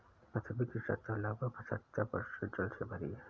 पृथ्वी की सतह लगभग पचहत्तर प्रतिशत जल से भरी है